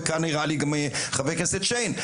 וכאן הראה לי חבר הכנסת שיין,